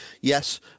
yes